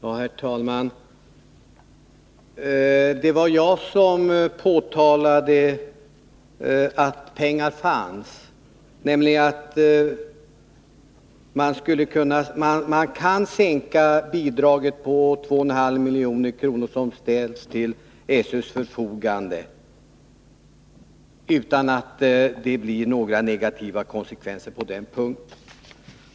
Herr talman! Det var jag som påpekade att pengar finns, att det går att minska bidraget på 2,5 milj.kr. som ställts till SÖ:s förfogande utan att det blir några negativa konsekvenser.